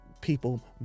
people